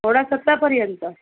सोळा सतरापर्यंत